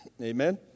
Amen